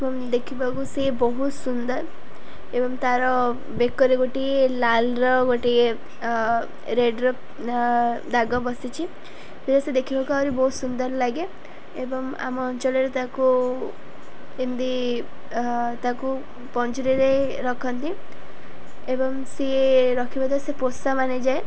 ଏବଂ ଦେଖିବାକୁ ସିଏ ବହୁତ ସୁନ୍ଦର ଏବଂ ତା'ର ବେକରେ ଗୋଟିଏ ଲାଲ୍ର ଗୋଟିଏ ରେଡ୍ର ଦାଗ ବସିଛି ସେ ଦେଖିବାକୁ ଆହୁରି ବହୁତ ସୁନ୍ଦର ଲାଗେ ଏବଂ ଆମ ଅଞ୍ଚଳରେ ତାକୁ ଏମିତି ତାକୁ ପଞ୍ଜୁରିରେ ରଖନ୍ତି ଏବଂ ସିଏ ରଖିବା ଦ୍ୱାରା ସେ ପୋଷା ମାନିଯାଏ